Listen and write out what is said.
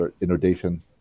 inundation